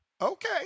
Okay